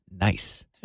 nice